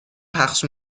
پخش